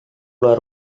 keluar